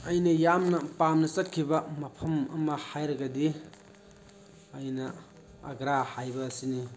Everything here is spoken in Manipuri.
ꯑꯩꯅ ꯌꯥꯝꯅ ꯄꯥꯝꯅ ꯆꯠꯈꯤꯕ ꯃꯐꯝ ꯑꯃ ꯍꯥꯏꯔꯒꯗꯤ ꯑꯩꯅ ꯑꯒ꯭ꯔꯥ ꯍꯥꯏꯕ ꯑꯁꯤꯅꯤ